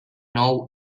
nou